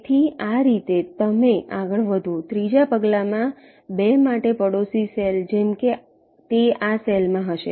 તેથી આ રીતે તમે આગળ વધો ત્રીજા પગલામાં 2 માટે પડોશી સેલ જેમ કે તે આ સેલમાં હશે